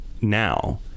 now